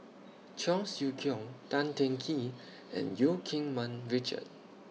Cheong Siew Keong Tan Teng Kee and EU Keng Mun Richard